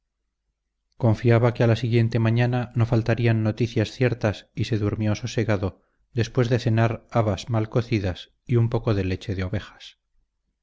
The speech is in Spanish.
confiaba que a la siguiente mañana no faltarían noticias ciertas y se durmió sosegado después de cenar habas mal cocidas y un poco de leche de ovejas